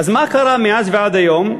אז מה קרה מאז ועד היום?